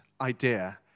idea